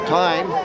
time